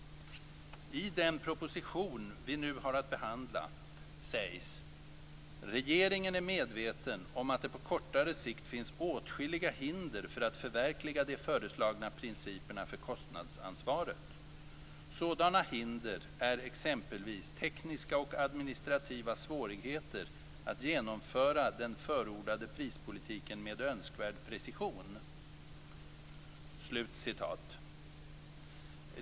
I den proposition som vi nu har att behandla sägs: "Regeringen är medveten om att det på kortare sikt finns åtskilliga hinder för att förverkliga de föreslagna principerna för kostnadsansvaret. Sådana hinder är exempelvis tekniska och administrativa svårigheter att genomföra den förordade prispolitiken med önskvärd precision."